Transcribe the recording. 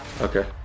Okay